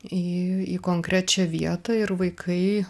į į konkrečią vietą ir vaikai